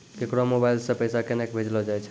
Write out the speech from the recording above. केकरो मोबाइल सऽ पैसा केनक भेजलो जाय छै?